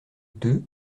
deux